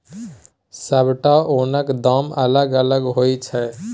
सबटा ओनक दाम अलग अलग होइ छै